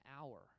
hour